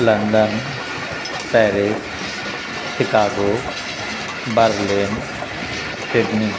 London Paris Chicago Berlin Sydney